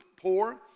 poor